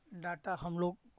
data हम लोग